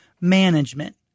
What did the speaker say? management